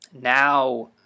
now